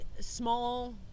small